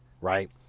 right